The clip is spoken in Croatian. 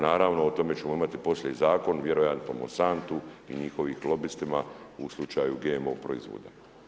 Naravno o tome ćemo imati poslije i zakon, vjerojatno Monsantu i njihovim lobistima u slučaju GMO proizvoda.